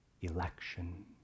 election